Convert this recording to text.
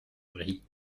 rit